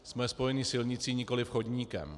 Jsme spojení silnicí, nikoliv chodníkem.